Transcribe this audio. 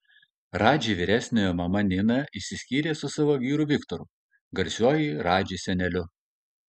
radži vyresniojo mama nina išsiskyrė su savo vyru viktoru garsiuoju radži seneliu